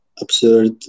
absurd